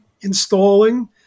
installing